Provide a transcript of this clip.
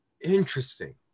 Interesting